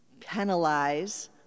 penalize